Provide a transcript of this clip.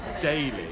daily